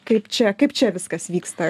kaip čia kaip čia viskas vyksta